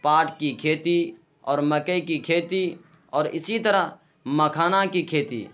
پاٹ کی کھیتی اور مکئی کی کھیتی اور اسی طرح مکھانہ کی کھیتی